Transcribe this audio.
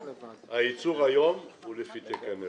הייצור היום הוא לפי תקן אירופי.